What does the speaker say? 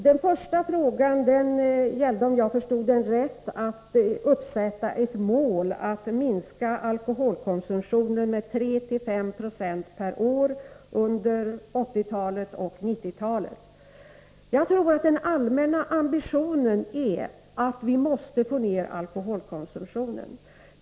Det gällde först, om jag förstod saken rätt, att uppsätta som mål att minska alkoholkonsumtionen med 3-5 96 per år under 1980 och 1990-talet. Jag tror att den allmänna ambitionen är att vi måste få ner alkoholkonsumtionen.